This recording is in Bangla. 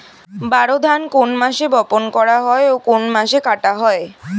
বোরো ধান কোন মাসে বপন করা হয় ও কোন মাসে কাটা হয়?